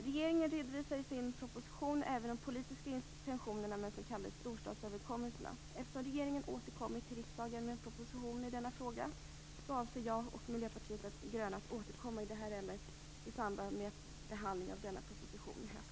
Regeringen redovisar i sin proposition även de politiska intentionerna med de s.k. storstadsöverenskommelserna. Eftersom regeringen återkommer till riksdagen med en proposition i denna fråga avser jag och Miljöpartiet de gröna att återkomma i det här ärendet i samband med behandlingen av denna proposition i höst.